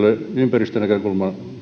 ympäristönäkökulmasta